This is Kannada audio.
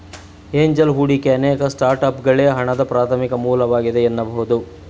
ಏಂಜಲ್ ಹೂಡಿಕೆ ಅನೇಕ ಸ್ಟಾರ್ಟ್ಅಪ್ಗಳ್ಗೆ ಹಣದ ಪ್ರಾಥಮಿಕ ಮೂಲವಾಗಿದೆ ಎನ್ನಬಹುದು